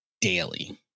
daily